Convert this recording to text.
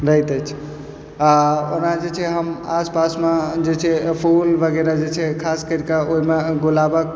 रहैत अछि आओर ओना जे छै हम आस पासमे जे छै फूल वगैरह जे छै खास करिकऽ ओहिमे गुलाबक